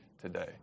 today